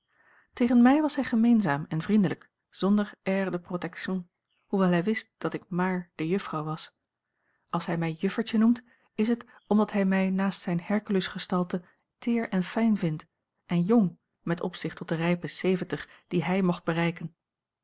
tegen mij was hij gemeenzaam en vriendelijk zonder air de protection hoewel hij wist dat ik maar de juffrouw was als hij mij juffertje noemt is het omdat hij mij naast zijn hercules gestalte teer en fijn vindt en jong met opzicht tot de rijpen zeventig die hij mocht bereiken